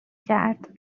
کرد